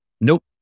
nope